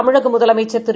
தமிழகமுதலமைச்சர்திரு